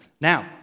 now